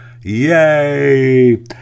yay